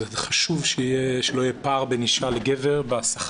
זה חשוב שלא יהיה פער בין אישה לגבר בשכר.